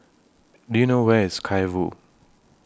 Do YOU know Where IS Sky Vue